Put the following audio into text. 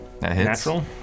Natural